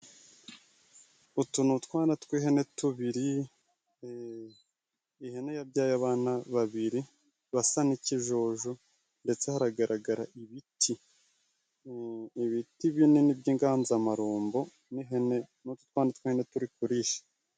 Utu ni utwana tw' ihene tubiri e ihene yabyaye abana babiri basa n'ikijuju, ndetse haragaragara ibiti ibiti binini by' inganzamarumbo n'ihene n'utwana tw'ihene turi kurisha.